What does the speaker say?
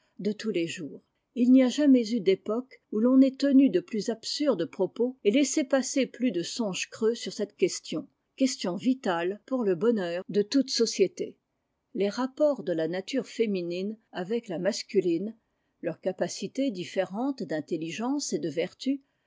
de tous les jours et il n'y a jamais eu d'époque où l'on ait tenu de plus absurdes propos et laissé passer plus de songes creux'sur cette question question vitale pour le bonheur de toute société les rapports de la nature féminine avec la masculine leur capacité din'érente d'intelligence et de vertu